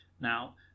Now